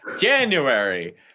January